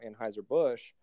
Anheuser-Busch